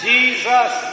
Jesus